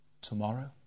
tomorrow